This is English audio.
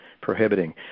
prohibiting